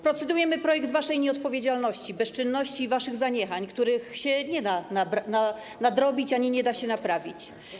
Procedujemy nad projektem waszej nieodpowiedzialności, bezczynności i waszych zaniechań, których nie da się nadrobić ani nie da się naprawić.